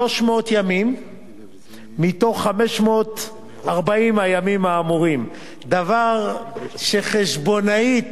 300 ימים מתוך 540 הימים האמורים, דבר שחשבונאית